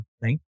thank